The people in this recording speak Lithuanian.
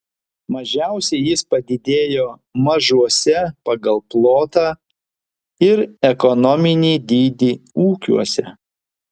mažiausiai jis padidėjo mažuose pagal plotą ir ekonominį dydį ūkiuose